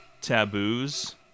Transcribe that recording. taboos